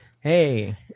Hey